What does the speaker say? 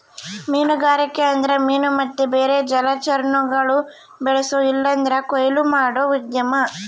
ಮೀನುಗಾರಿಕೆ ಅಂದ್ರ ಮೀನು ಮತ್ತೆ ಬೇರೆ ಜಲಚರಗುಳ್ನ ಬೆಳ್ಸೋ ಇಲ್ಲಂದ್ರ ಕೊಯ್ಲು ಮಾಡೋ ಉದ್ಯಮ